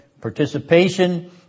participation